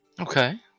Okay